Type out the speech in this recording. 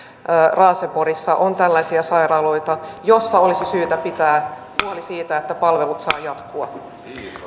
raaseporissa on tällaisia sairaaloita joissa olisi syytä pitää huoli siitä että palvelut saavat jatkua